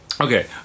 Okay